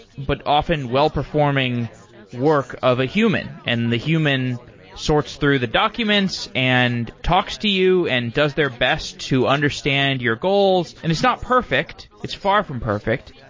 but often well-performing work of a human, and the human sorts through the documents and talks to you and does their best to understand your goals. and it's not perfect. it's far from perfect,